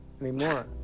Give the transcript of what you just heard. anymore